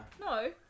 No